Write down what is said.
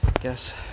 guess